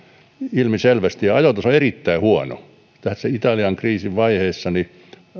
ilmiselvästi ja ajoitus on erittäin huono tässä italian kriisin vaiheissa